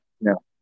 no